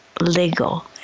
legal